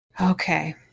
Okay